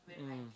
mm